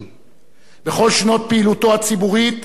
בכל שנות פעילותו הציבורית הוא החזיק